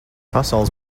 pasaules